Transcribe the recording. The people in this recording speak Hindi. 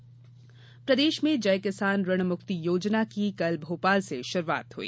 किसान ऋण मुक्ति योजना प्रदेश में जय किसान ऋण मुक्ति योजना की कल भोपाल से शुरूआत हुई